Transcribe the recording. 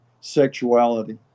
sexuality